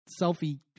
selfie